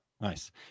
nice